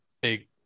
big